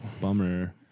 bummer